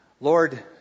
Lord